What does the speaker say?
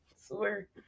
swear